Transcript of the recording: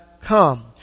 come